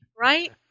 Right